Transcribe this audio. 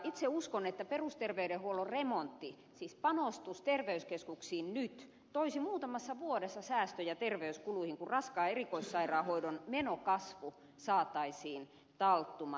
itse uskon että perusterveydenhuollon remontti siis panostus terveyskeskuksiin nyt toisi muutamassa vuodessa säästöjä terveyskuluihin kun raskaan erikoissairaanhoidon menokasvu saataisiin talttumaan